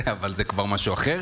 אבל זה כבר משהו אחר,